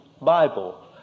Bible